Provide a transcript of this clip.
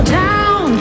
down